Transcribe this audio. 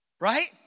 right